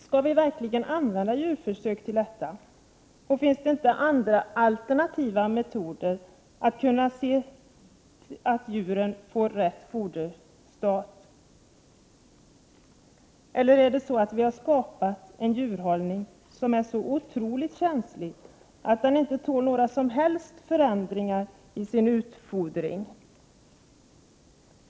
Skall vi verkligen använda djurförsök till detta? Finns det inte andra alternativa metoder för att undersöka om djuren får rätt foderstat? Eller har vi skapat en djurhållning som är så otroligt känslig att den inte tål några som helst förändringar när det gäller utfodringen?